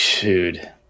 Dude